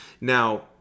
Now